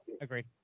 Agreed